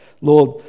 Lord